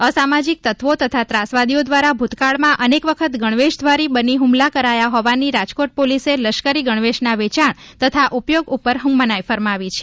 અસામાજિક તત્વો તથા ત્રાસવાદીઓ દ્વારા ભૂતકાળમાં અનેક વખત ગણવેશધારી બની હુમલા કરાયા હોવાથી રાજકોટ પોલીસે લશ્કરી ગણવેશના વેચાણ તથા ઉપયોગ ઉપર મનાઇ ફરમાવી છે